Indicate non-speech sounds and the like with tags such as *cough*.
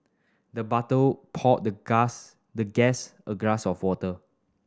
the *unintelligible* poured the *unintelligible* the guest a glass of water